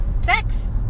sex